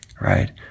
right